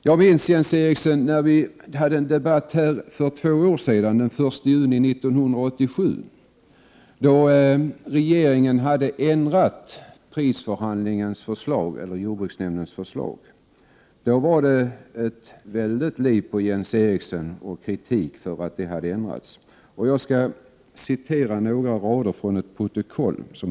Jag minns, Jens Eriksson, när vi hade en debatt i kammaren den 1 juni 1987. Regeringen hade då ändrat jordbruksnämndens förslag. Då var det ett väldigt liv på Jens Eriksson, och han framförde kritik för att förslaget hade ändrats.